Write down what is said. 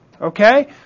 okay